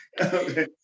Okay